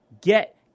Get